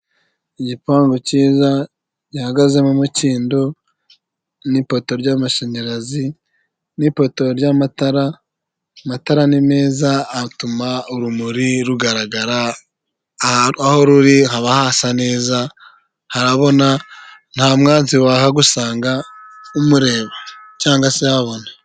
igipangu cyiza gihagazemo imikindo n'ipoto ry'amashanyarazi n'ipoto ry'amatara; amatara ni meza atuma urumuri rugaragara, aho ruri haba hasa neza harabona nta mwanzi wahagusanga umureba, cyangwa se yabona.